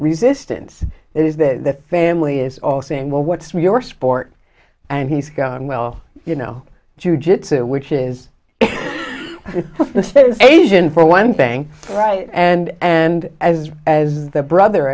resistance is that family is all saying well what's your sport and he's gone well you know jujitsu which is asian for one thing right and and as as the brother